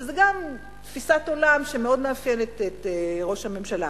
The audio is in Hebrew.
שזו גם תפיסת עולם שמאוד מאפיינת את ראש הממשלה.